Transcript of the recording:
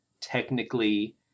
technically